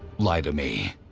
lie to me.